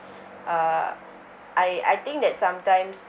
uh I I think that sometimes